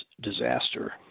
disaster